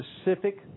specific